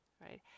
right